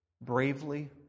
bravely